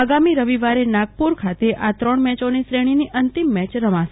આગામી રવિવારે નાગપુર ખાતે આ ત્રણ મે ચોની શ્રેણીની અંતિમ મેચ રમાશે